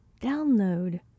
download